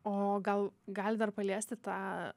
o gal galit dar paliesti tą